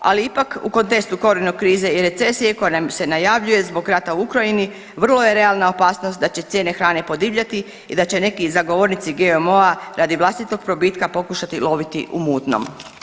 Ali ipak u kontekstu corona krize i recesije koja se najavljuje zbog rata u Ukrajini vrlo je realna opasnost da će cijene hrane podivljati i da će neki zagovornici GMO-a radi vlastitog probitka pokušati loviti u mutnom.